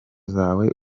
zawe